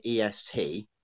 EST